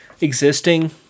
existing